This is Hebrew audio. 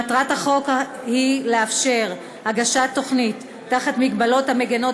מטרת החוק היא לאפשר הגשת תוכנית במגבלות המגינות